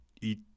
eat